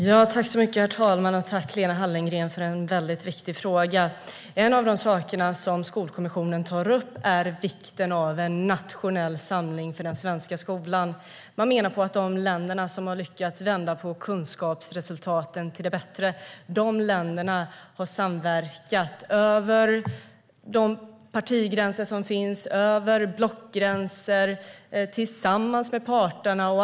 Herr talman! Tack, Lena Hallengren, för en väldigt viktig fråga. En av de saker som Skolkommissionen tar upp är vikten av en nationell samling för den svenska skolan. Man menar på att i de länder som har lyckats vända kunskapsresultaten till det bättre har de samverkat över de partigränser som finns, över blockgränser och tillsammans med parterna.